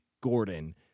Gordon